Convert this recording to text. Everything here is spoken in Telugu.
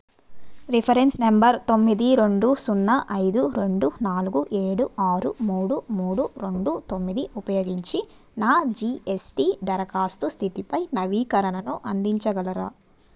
రిఫరెన్స్ నెంబర్ తొమ్మిది రెండు సున్నా ఐదు రెండు నాలుగు ఏడు ఆరు మూడు మూడు రెండు తొమ్మిది ఉపయోగించి నా జిఎస్టి దరఖాస్తు స్థితిపై నవీకరణను అందించగలరా